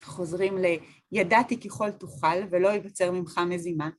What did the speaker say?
חוזרים ל-ידעתי ככל תוכל ולא ייבצר ממך מזימה.